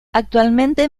actualmente